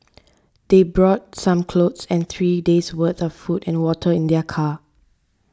they brought some clothes and three days' worth of food and water in their car